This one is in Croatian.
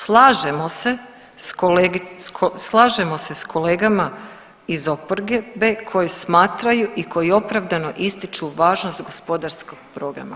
Slažemo se s kolegicom, slažemo se s kolegama iz oporbe koji smatraju i koji opravdano ističu važnost gospodarskog programa.